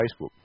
Facebook